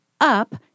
up